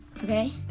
okay